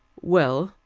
well,